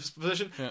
position